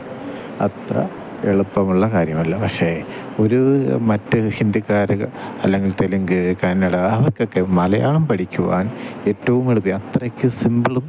അത്ര എളുപ്പമുള്ള കാര്യമല്ല പക്ഷേ ഒരു മറ്റ് ഹിന്ദിക്കാർ അല്ലെങ്കിൽ തെലുങ്ക് കന്നട അവർക്കൊക്കെ മലയാളം പഠിക്കുവാൻ ഏറ്റവും വളരെ അത്രയ്ക്ക് സിമ്പിളും